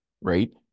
right